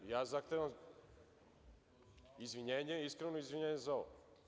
Zahtevam izvinjenje, iskreno izvinjenje za ovo.